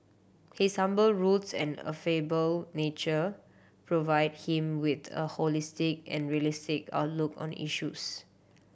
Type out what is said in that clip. his humble roots and affable nature provide him with the a holistic and realistic outlook on issues